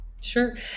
Sure